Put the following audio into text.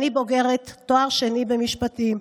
אני בוגרת תואר שני במשפטים,